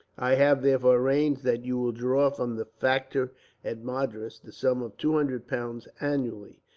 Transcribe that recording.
i have, therefore, arranged that you will draw from the factor at madras the sum of two hundred pounds, annually,